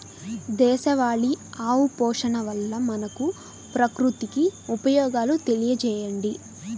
దేశవాళీ ఆవు పోషణ వల్ల మనకు, ప్రకృతికి ఉపయోగాలు తెలియచేయండి?